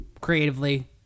creatively